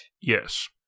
yes